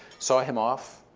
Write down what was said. saw him off,